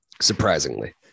Surprisingly